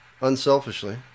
unselfishly